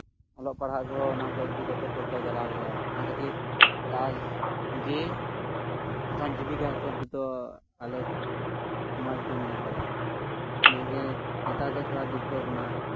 ᱚᱞᱚᱜ ᱯᱟᱲᱟᱦᱟᱣ ᱨᱮᱭᱟᱜ ᱦᱚᱸ ᱚᱱᱟ ᱠᱷᱚᱡ ᱜᱮ ᱡᱚᱛᱚ ᱠᱷᱚᱨᱪᱟ ᱪᱟᱞᱟᱣ ᱦᱩᱭᱩᱜᱼᱟ ᱚᱱᱟ ᱠᱷᱟᱛᱤᱨ ᱪᱟᱥ ᱜᱮ ᱯᱨᱚᱫᱷᱟᱱ ᱡᱤᱵᱤᱠᱟ ᱦᱤᱥᱟᱹᱵ ᱛᱮᱫᱚ ᱟᱞᱮ ᱥᱚᱢᱟᱡ ᱨᱮᱫᱚ ᱢᱮᱱᱟᱜ ᱟᱠᱟᱫᱟ ᱡᱮᱭᱥᱮ ᱜᱮ ᱱᱮᱛᱟᱨ ᱫᱚ ᱛᱷᱚᱲᱟ ᱵᱤᱯᱞᱚᱵᱮᱱᱟ